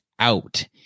Out